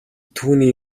түүний